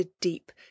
deep